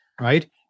Right